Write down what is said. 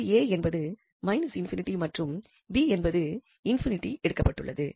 அங்கு a என்பது −∞ மற்றும் 𝑏 என்பது ∞ என எடுக்கப்பட்டுள்ளது